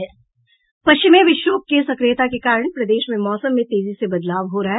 पश्चिमी विक्षोभ के सक्रियता के कारण प्रदेश में मौसम में तेजी से बदलाव हो रहा है